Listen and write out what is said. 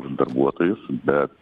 darbuotojus bet